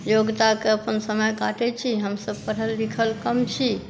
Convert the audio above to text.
योग्यताक अपन समय काटै छी हमसभ पढल लिखल कम छी